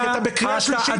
אתה בקריאה שלישית,